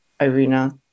Irina